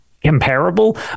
comparable